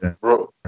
Bro